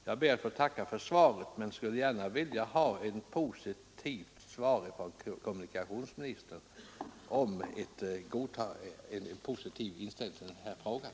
Jag ber att få tacka för svaret men skulle gärna vilja ha ett besked att kommunikationsministern har en positiv inställning till den här frågan.